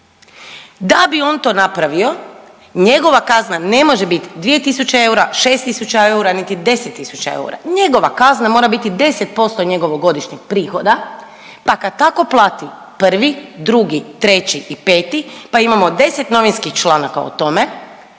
Da bi on to napravio njegova kazna ne može bit dvije tisuće eura, šest tisuća eura niti 10 tisuća eura, njegova kazna mora biti 10% njegovog godišnjeg prihoda pa kad tako plati prvi, drugi, treći i peti pa imamo 10 novinskih članaka o tome,